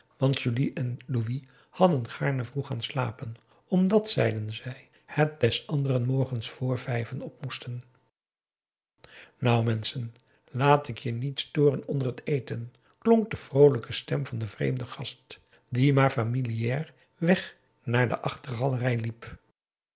en louis hadden gaarne vroeg gaan slapen omdat zeiden ze hij des anderen morgens vr vijven op moest nou menschen laat ik je niet storen onder het eten klonk de vroolijke stem van een vreemden gast die maar familiaar weg naar de achtergalerij liep